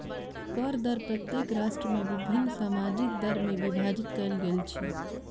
कर दर प्रत्येक राष्ट्र में विभिन्न सामाजिक दर में विभाजित कयल गेल अछि